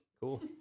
Cool